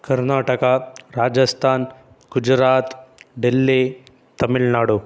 Karnataka Rajasthan Gujarat Delhi Tamil Nadu